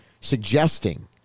suggesting